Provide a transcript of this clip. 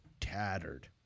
tattered